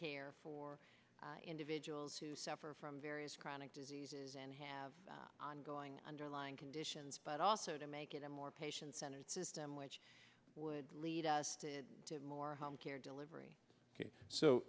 care for individuals who suffer from various chronic diseases and have ongoing underlying conditions but also to make it a more patient centered system which would lead us to more home care delivery so